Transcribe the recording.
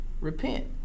repent